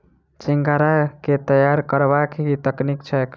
सिंघाड़ा केँ तैयार करबाक की तकनीक छैक?